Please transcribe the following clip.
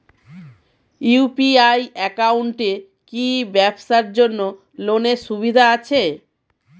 UPI একাউন্টে কি ব্যবসার জন্য লোনের সুবিধা আছে?